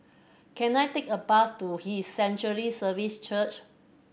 can I take a bus to His Sanctuary Services Church